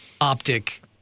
optic